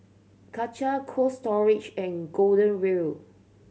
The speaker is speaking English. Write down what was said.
Karcher Cold Storage and Golden Wheel